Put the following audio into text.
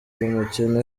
umukino